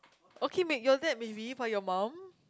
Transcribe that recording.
okay mate your dad maybe but your mum